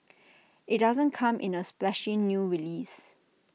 IT doesn't come in A splashy new release